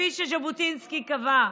כפי שז'בוטינסקי קבע,